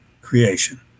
creation